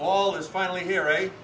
all is finally here right